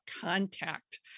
contact